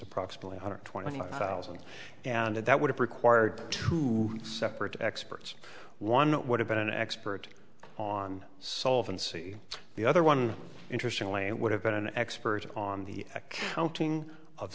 approximately one hundred twenty thousand and that would have required two separate experts one would have been an expert on solvent see the other one interestingly it would have been an expert on the accounting of